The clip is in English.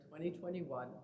2021